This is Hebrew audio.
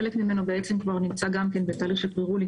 חלק ממנו בעצם כבר נמצא גם כן בתהליך של פרה רולינג